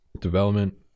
development